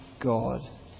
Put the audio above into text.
God